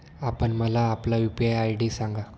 आपण मला आपला यू.पी.आय आय.डी सांगा